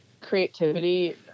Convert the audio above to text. creativity